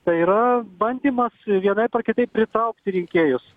tai yra bandymas vienaip ar kitaip pritraukti rinkėjus